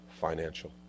financial